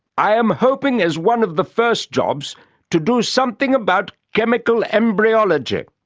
i am hoping as one of the first jobs to do something about chemical embryology.